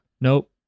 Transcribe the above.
Nope